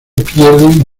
pierden